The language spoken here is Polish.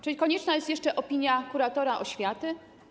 Czy konieczna jest jeszcze opinia kuratora oświaty?